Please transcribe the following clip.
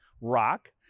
rock